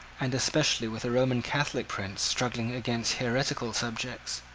and especially with a roman catholic prince struggling against heretical subjects